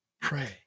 pray